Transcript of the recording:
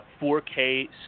4K